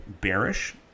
bearish